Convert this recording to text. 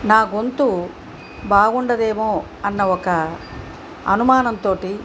నా గొంతు బాగుండదు ఏమో అన్న ఒక అనుమానంతో